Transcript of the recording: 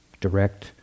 direct